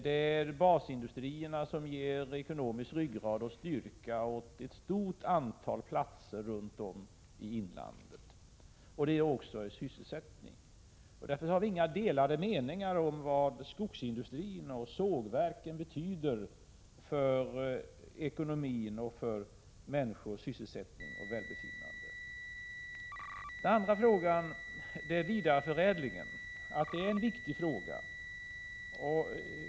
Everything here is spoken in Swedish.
Det är basindustrierna som ger ekonomisk ryggrad och styrka åt ett stort antal platser runt om i inlandet, och de ger också sysselsättning. Därför har vi inga delade meningar om vad skogsindustrin och sågverken betyder för ekonomin och för människors sysselsättning och välbefinnande. Den andra frågan är vidareförädlingen. Det är en viktig fråga.